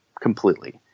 completely